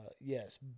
Yes